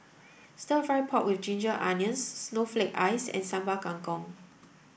stir fry pork with ginger onions snowflake ice and Sambal Kangkong